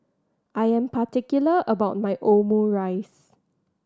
I am particular about my Omurice